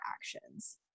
actions